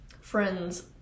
friends